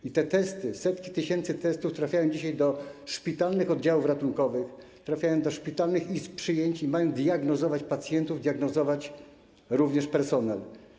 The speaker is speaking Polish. I te testy, setki tysięcy testów trafiają dzisiaj do szpitalnych oddziałów ratunkowych, trafiają do szpitalnych izb przyjęć, mają diagnozować pacjentów i również personel.